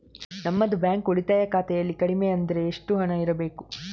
ನಮ್ಮದು ಬ್ಯಾಂಕ್ ಉಳಿತಾಯ ಖಾತೆಯಲ್ಲಿ ಕಡಿಮೆ ಹಣ ಅಂದ್ರೆ ಎಷ್ಟು ಇರಬೇಕು?